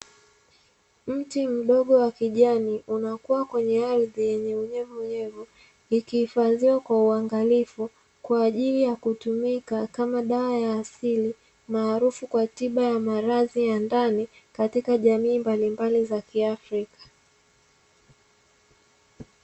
Mti mdogo wa kijani unakua kwenye ardhi yenye unyevu unyevu ikihifadhiwa kwa uangalifu kwa ajili ya kutumika kama dawa ya asili maarufu kwa tiba ya malazi ya ndani katika jamii mbalimbali za kiafrika.